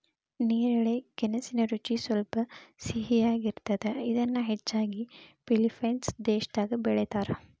ನೇರಳೆ ಗೆಣಸಿನ ರುಚಿ ಸ್ವಲ್ಪ ಸಿಹಿಯಾಗಿರ್ತದ, ಇದನ್ನ ಹೆಚ್ಚಾಗಿ ಫಿಲಿಪೇನ್ಸ್ ದೇಶದಾಗ ಬೆಳೇತಾರ